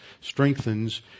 strengthens